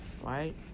Right